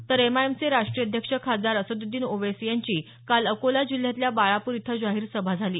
तर एमआयएमचे राष्ट्रीय अध्यक्ष खासदार असद्दीन ओवेसी यांची काल अकोला जिल्ह्यातल्या बाळापूर इथं जाहीर सभा झाली